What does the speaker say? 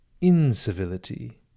incivility